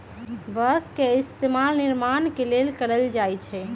बास के इस्तेमाल निर्माण के लेल कएल जाई छई